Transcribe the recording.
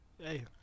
Hey